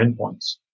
endpoints